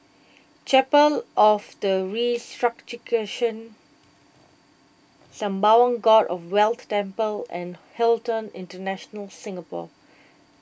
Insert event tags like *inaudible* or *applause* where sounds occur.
Chapel of the *unintelligible* Sembawang God of Wealth Temple and Hilton International Singapore